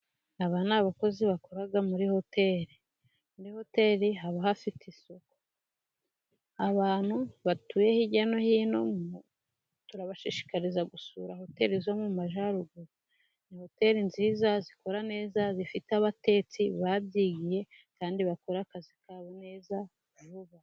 Aba ni abakozi bakora muri hoteri. Muri hoteri haba hafite isuku. Abantu batuye hirya no hino, turabashishiriza gusura hoteri zo mu Majyaruguru. Ni hoteri nziza, zikora neza zifite abatetsi babyigiye, kandi bakora akazi kabo neza vuba.